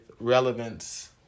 relevance